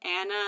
Anna